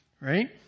right